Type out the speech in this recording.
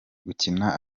gukina